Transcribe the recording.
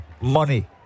money